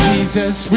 Jesus